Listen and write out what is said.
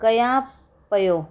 कयां पयो